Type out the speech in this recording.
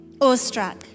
awestruck